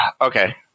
Okay